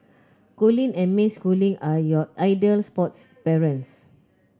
Colin and May Schooling are your ideal sports parents